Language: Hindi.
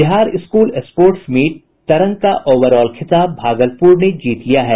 Bihar school sports meet Tarang का ओवर ऑल खिताब भागलपुर ने जीत लिया है